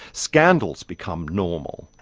scandals become normal.